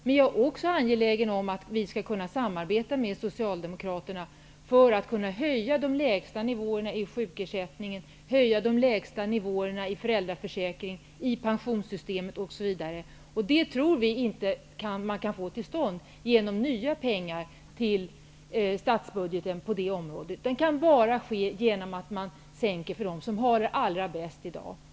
Men jag är också angelägen om att vi skall kunna samarbeta med socialdemokraterna för att höja de lägsta ni våerna i sjukersättningen, i föräldraförsäkringen, i pensionssystemet osv. Vi tror inte att man kan få detta till stånd genom nya pengar till statsbudge ten på det området. Det kan bara ske genom att man sänker detta för dem som har det allra bäst i dag.